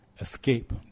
Escape